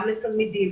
גם לתלמידים,